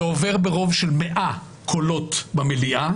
זה עובר ברוב של 100 קולות במליאה,